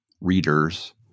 readers